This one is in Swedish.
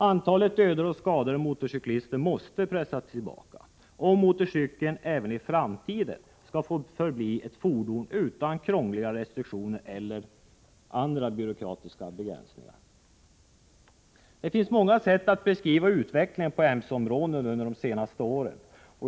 Antalet dödade och skadade motorcyklister måste pressas tillbaka, om motorcykeln även i framtiden skall få förbli ett fordon utan krångliga restriktioner eller andra byråkratiska begränsningar. Det finns många sätt att beskriva utvecklingen på mc-området under de senaste åren.